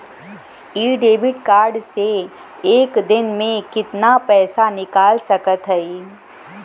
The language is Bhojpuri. इ डेबिट कार्ड से एक दिन मे कितना पैसा निकाल सकत हई?